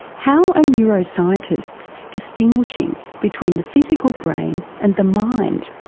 how are neuroscientists distinguishing between the physical brain and the mind?